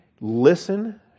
listen